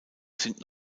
sind